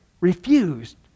refused